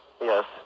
Yes